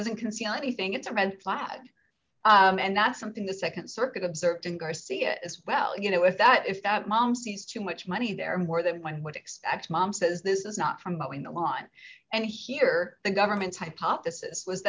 doesn't conceal anything it's a red plaid and that's something the nd circuit observed in garcia as well you know if that if that mom sees too much money there more than one would expect mom says this is not from but when the line and here the government's hypothesis was